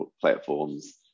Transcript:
platforms